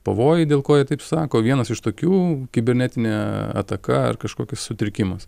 pavojai dėl ko jie taip sako vienas iš tokių kibernetinė ataka ar kažkokis sutrikimas